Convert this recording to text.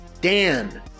Dan